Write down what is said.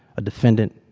a defendant.